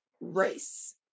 race